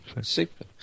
super